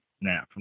Now